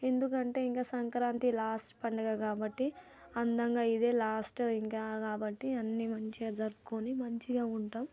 ఎందుకంటే ఇంకా సంక్రాంతి లాస్ట్ పండుగ కాబట్టి అందంగా ఇదే లాస్ట్ ఇంకా కాబట్టి అన్నీ మంచిగా జరుపుకుని మంచిగా ఉంటాం